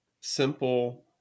simple